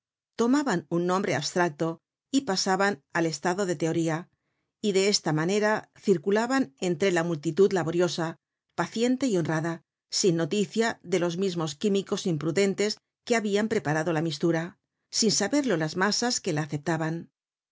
tomaban un nombre abstracto y pasaban al estado de teoría y de esta manera circulaban entre la multitud laboriosa paciente y honrada sin noticia de los mismos químicos imprudentes que habian preparado la mistura sin saberlo las masas que la aceptaban